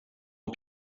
aux